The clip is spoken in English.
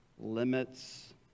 limits